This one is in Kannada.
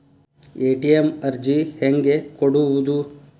ಎ.ಟಿ.ಎಂ ಅರ್ಜಿ ಹೆಂಗೆ ಕೊಡುವುದು?